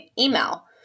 email